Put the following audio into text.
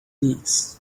knees